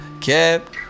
kept